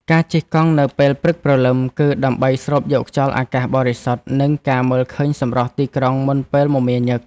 ការជិះកង់នៅពេលព្រឹកព្រលឹម គឺដើម្បីស្រូបយកខ្យល់អាកាសបរិសុទ្ធ និងការមើលឃើញសម្រស់ទីក្រុងមុនពេលមមាញឹក។